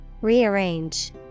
Rearrange